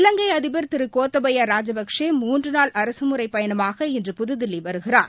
இலங்கைஅதிபர் திருகோத்தபயராஜபக்ஷே மூன்றுநாள் அரசுமுறைப் பயணமாக இன்று புதுதில்லிவருகிறார்